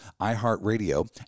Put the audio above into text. iHeartRadio